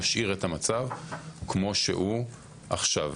נשאיר את המצב כמו שהוא עכשיו.